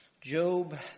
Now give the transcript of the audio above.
Job